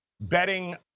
betting